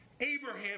Abraham